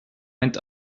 went